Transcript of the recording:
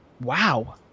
wow